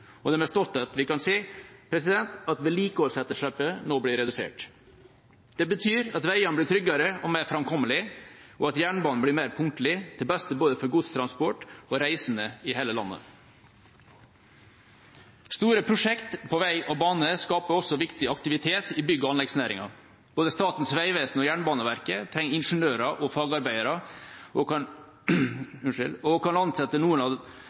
kan si at vedlikeholdsetterslepet nå blir redusert. Det betyr at veiene blir tryggere og mer framkommelige, og at jernbanen blir mer punktlig – til beste både for godstransport og for reisende i hele landet. Store prosjekter for vei og bane skaper også viktig aktivitet i bygg- og anleggsnæringen. Både Statens vegvesen og Jernbaneverket trenger ingeniører og fagarbeidere og kan ansette noen av